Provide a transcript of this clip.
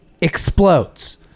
explodes